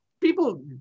people